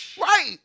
right